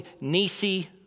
Nisi